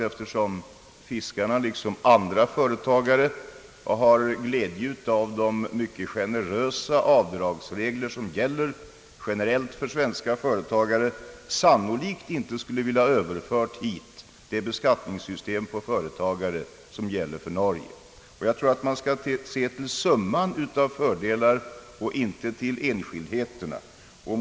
Eftersom fiskarna liksom andra företagare har glädje av de mycket generösa avdragsregler som gäller generellt för svenska företagare, tror jag inte att fiskarna skulle vilja att det beskattningssystem för företagare, som gäller i Norge, överföres hit. Jag tror att man skall se till summan av fördelar och inte till enskildheterna.